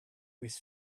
with